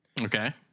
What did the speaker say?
Okay